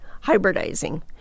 hybridizing